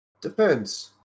Depends